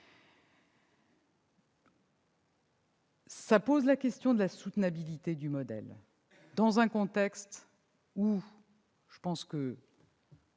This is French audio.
Cela pose la question de la soutenabilité du modèle, dans un contexte où personne